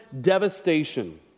devastation